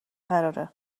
قراره